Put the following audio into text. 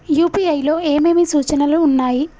UPI లో ఏమేమి సూచనలు ఉన్నాయి?